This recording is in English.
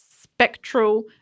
Spectral